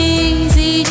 easy